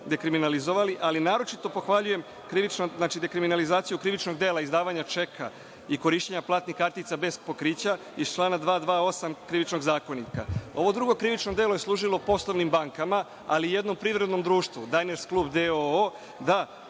ali naročito pohvaljujem dekriminalizaciju krivičnog dela izdavanja čeka i korišćenja platnih kartica bez pokrića iz člana 228. Krivičnog zakonika. Ovo drugo krivično delo je služilo poslovnim bankama, ali i jednom privrednom društvu „Dajners klub“ d.o.o.